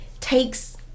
takes